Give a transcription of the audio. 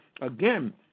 again